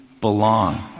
belong